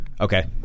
Okay